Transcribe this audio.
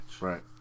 Right